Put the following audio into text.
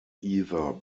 either